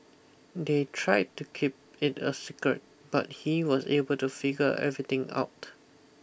they tried to keep it a secret but he was able to figure everything out